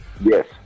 yes